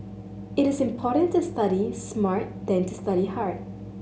it is important to study smart than to study hard